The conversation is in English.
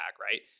right